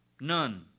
None